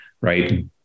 right